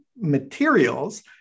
materials